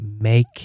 make